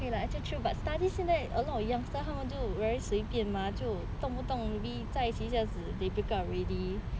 okay lah actually true but study 现在 a lot of youngsters 他们就 very 随便 mah 就动不动在一起一下子 they break up already